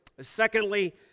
Secondly